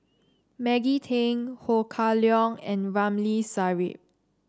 Maggie Teng Ho Kah Leong and Ramli Sarip